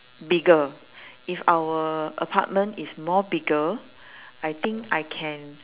bigger if our apartment is more bigger I think I can